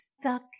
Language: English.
stuck